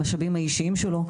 המשאבים האישיים שלו,